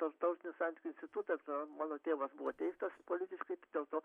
tarptautinių santykių institutas mano tėvas buvo teistas politiškai dėl to